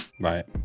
Right